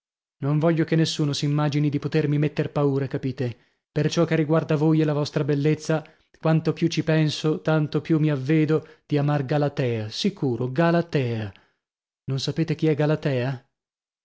non voglio che nessuno s'immagini di potermi metter paura capite per ciò che riguarda voi e la vostra bellezza quanto più ci penso tanto più mi avvedo di amar galatea sicuro galatea non sapete chi è galatea